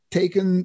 taken